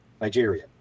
nigeria